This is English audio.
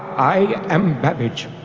i am babbage.